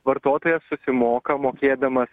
vartotojas susimoka mokėdamas